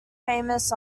famous